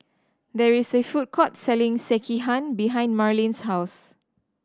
there is a food court selling Sekihan behind Marlyn's house